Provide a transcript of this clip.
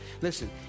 Listen